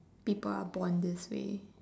people are born this way